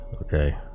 okay